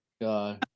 God